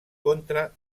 contra